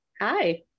Hi